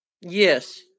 Yes